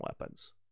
weapons